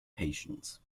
patients